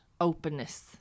openness